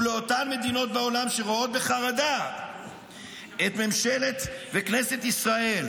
ולאותן מדינות בעולם שרואות בחרדה את ממשלת וכנסת ישראל